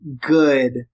good